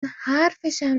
حرفشم